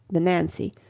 the nancy,